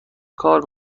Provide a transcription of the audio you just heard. کار